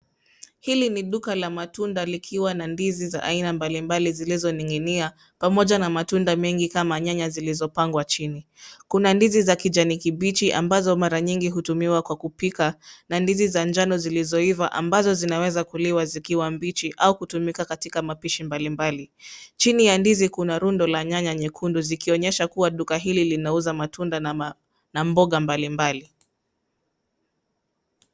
Hili ni duka la matunda likiwa na ndizi za aina mbalimbali zilizoning'inia pamoja na matunda mengi kama nyanya zilizopangwa chini. Kuna ndizi za kijani kibichi ambazo mara nyingi hutumiwa kwa kupika na ndizi za njano zilizoiva ambazo zinaweza kuliwa zikiwa mbichi au kutumika katika mapishi mbalimbali. Chini ya ndizi kuna rundo la nyanya nyekundu zikionyesha kuwa duka hili linauza matunda na mboga mbalimbali.